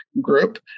Group